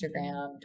Instagram